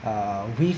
err we